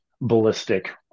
ballistic